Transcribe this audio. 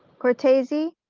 cortese,